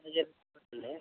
అదే చెప్పారండి